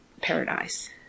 paradise